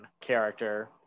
character